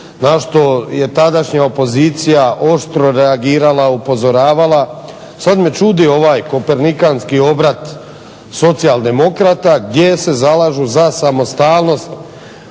na što je tadašnja opozicija oštro reagirala, upozoravala. Sad me čudi ovaj kopernikanski obrat socijaldemokrata gdje se zalažu za samostalnost,